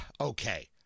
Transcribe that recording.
okay